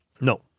No